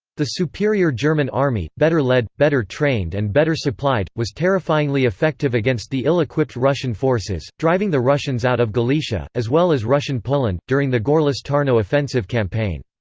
the superior german army better led, better trained and better supplied was terrifyingly effective against the ill-equipped russian forces, driving the russians out of galicia, as well as russian poland, during the gorlice-tarnow offensive campaign.